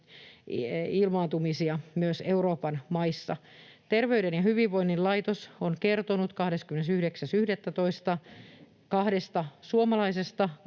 ilmaantumisia myös Euroopan maista. Terveyden ja hyvinvoinnin laitos on kertonut 29.11. kahdesta suomalaisesta